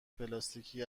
پلاستیکی